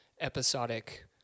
episodic